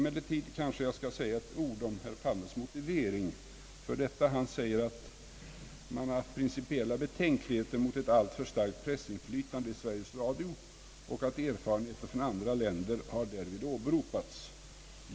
Jag kanske skall säga ett par ord om herr Palmes motivering för detta. Han säger att det har varit principiella betänkligheter mot ett alltför starkt pressinflytande i Sveriges Radio och att erfarenheter från andra länder därvid har åberopats.